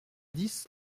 dix